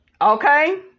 okay